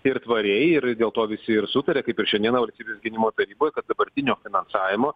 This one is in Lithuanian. ir tvariai ir dėl to visi ir sutaria kaip ir šiandieną valstybės gynimo taryboj kad dabartinio finansavimo